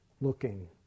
looking